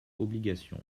obligation